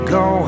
go